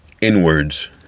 inwards